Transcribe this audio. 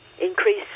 increase